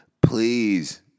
Please